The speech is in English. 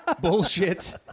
bullshit